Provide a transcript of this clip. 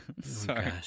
Sorry